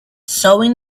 showing